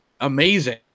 amazing